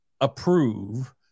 approve